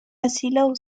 asilo